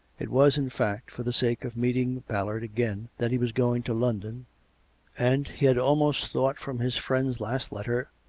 it was, in fact, for the sake of meet ing ballard again that he was going to london and, he had almost thought from his friend's last letter,